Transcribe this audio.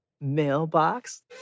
mailbox